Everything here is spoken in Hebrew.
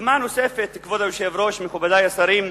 דוגמה נוספת, כבוד היושב-ראש, מכובדי השרים,